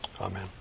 Amen